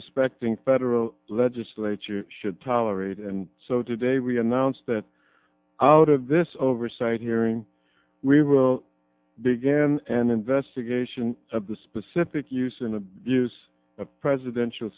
respecting federal legislature should tolerate and so today we announce that out of this oversight hearing we will begin an investigation of the specific use and abuse of presidential